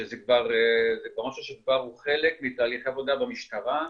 שזה כבר משהו שהוא חלק מתהליכי העבודה במשטרה,